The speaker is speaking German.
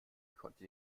konnte